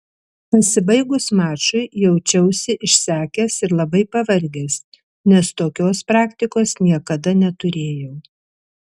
pasibaigus mačui jaučiausi išsekęs ir labai pavargęs nes tokios praktikos niekada neturėjau